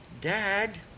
Dad